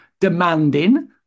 demanding